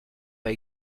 pas